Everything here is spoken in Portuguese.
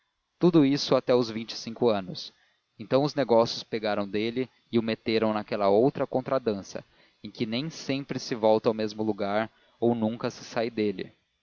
tudo isso até os vinte e cinco anos então os negócios pegaram dele e o meteram naquela outra contradança em que nem sempre se volta ao mesmo lugar ou nunca se sai dele